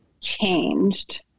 changed